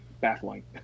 baffling